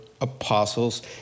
apostles